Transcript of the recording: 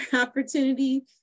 opportunity